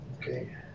Okay